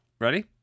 Ready